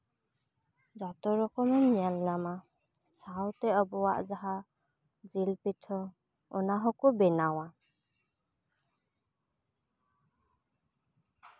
ᱡᱚᱛᱚ ᱨᱚᱠᱚᱢᱮᱢ ᱧᱮᱞᱧᱟᱢᱟ ᱥᱟᱶᱛᱮ ᱟᱵᱚᱣᱟᱜ ᱡᱟᱦᱟᱸ ᱡᱤᱞ ᱯᱤᱴᱷᱟᱹ ᱚᱱᱟ ᱦᱚᱸᱠᱚ ᱵᱮᱱᱟᱣᱟ